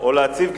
מול